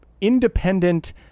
independent